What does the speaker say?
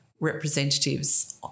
representatives